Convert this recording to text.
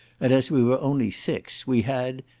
and as we were only six, we had,